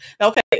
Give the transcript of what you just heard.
Okay